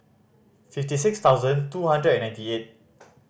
fifty six thousand two hundred and ninety eight